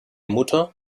mutter